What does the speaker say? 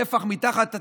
טפח מתחת לקרקע,